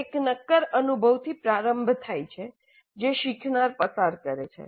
તે એક નક્કર અનુભવથી પ્રારંભ થાય છે જે શીખનાર પસાર કરે છે